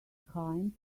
kind